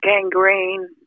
gangrene